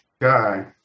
Guy